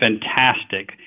fantastic